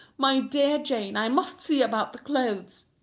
my dear jane, i must see about the clothes.